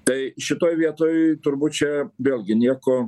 tai šitoj vietoj turbūt čia vėlgi nieko